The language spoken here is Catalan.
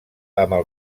amb